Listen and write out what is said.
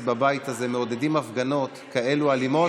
בבית הזה מעודדים הפגנות כאלה אלימות,